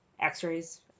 X-rays